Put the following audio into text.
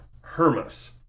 Hermas